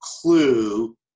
clue